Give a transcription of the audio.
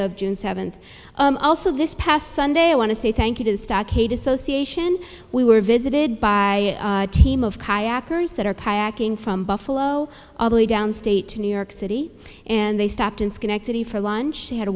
of june seventh also this past sunday i want to say thank you to the stockade association we were visited by a team of kayakers that are kayaking from buffalo ugly downstate to new york city and they stopped in schenectady for lunch they had a